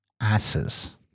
asses